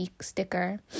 sticker